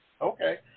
Okay